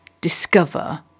discover